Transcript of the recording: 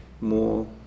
more